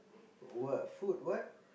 what food what